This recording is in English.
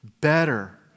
better